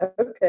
Okay